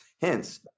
Hence